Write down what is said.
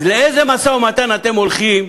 אז לאיזה משא-ומתן אתם הולכים,